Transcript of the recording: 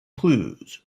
clues